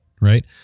Right